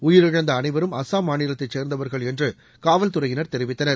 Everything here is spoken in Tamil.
உயிரிழந்த அனைவரும் அஸ்ஸாம் மாநிலத்தைச் சேர்ந்தவர்கள் என்று காவல் துறையினர் தெரிவித்தனர்